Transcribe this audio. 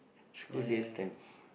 school they have time